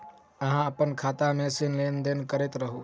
अहाँ अप्पन खाता मे सँ लेन देन करैत रहू?